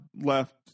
left